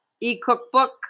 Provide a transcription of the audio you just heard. e-cookbook